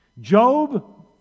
Job